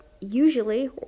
usually